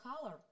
color